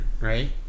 right